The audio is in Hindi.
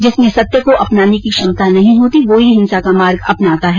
जिसमें सत्य को अपनाने की क्षमता नहीं होती वो ही हिंसा का मार्ग अपनाता है